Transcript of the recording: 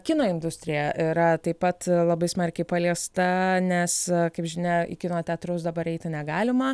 kino industrija yra taip pat labai smarkiai paliesta nes kaip žinia į kino teatrus dabar eiti negalima